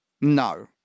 no